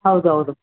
ಹೌದು ಹೌದು